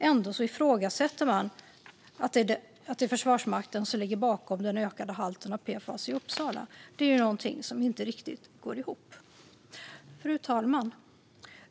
Ändå ifrågasätts det att det är Försvarsmakten som ligger bakom den ökade halten av PFAS i Uppsala. Det är något som inte riktigt går ihop. Fru talman!